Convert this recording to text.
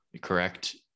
correct